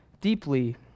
deeply